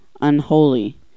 Unholy